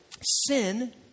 sin